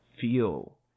feel